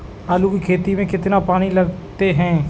आलू की खेती में कितना पानी लगाते हैं?